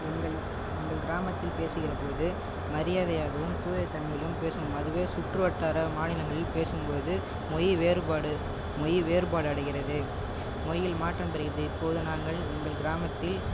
எங்கள் எங்கள் கிராமத்தில் பேசுகிற பொழுது மரியாதையாகவும் தூயத்தமிழும் பேசுவோம் அதுவே சுற்று வட்டார மாநிலங்களிள் பேசும் பொழுது மொழி வேறுபாடு மொழி வேறுபாடு அடைகிறது மொழியில் மாற்றம் பெறுகிறது இப்போது நாங்க எங்கள் கிராமத்தில்